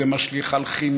זה משליך על חינוך,